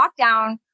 lockdown